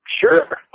sure